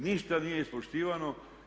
Ništa nije ispoštivano.